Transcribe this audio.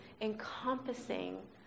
encompassing